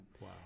Wow